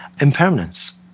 impermanence